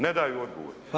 Ne daju odgovor.